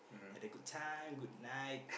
had a good time good night